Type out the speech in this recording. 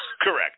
correct